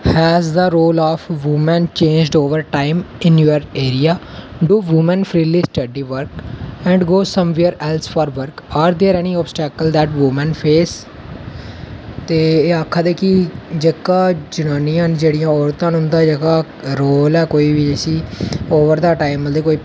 as the role woman changed over time in your area to woman freely study work and go somewhere else for work are there obstacle woman face ते जेह्का एह् आक्खा दे न जेह्का role ऐ over दा time मतलव